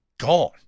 gone